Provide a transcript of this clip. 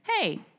Hey